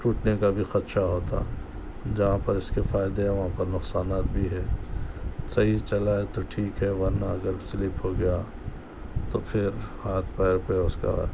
ٹوٹنے کا بھی خدشہ ہوتا جہاں پر اس کے فائدے ہیں وہاں پر نقصانات بھی ہے صحیح سے چلائے تو ٹھیک ہے ورنہ اگر سلیپ ہو گیا تو پھر ہاتھ پیر پہ اس کا